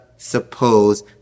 Suppose